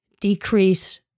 decrease